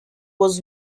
was